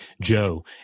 Joe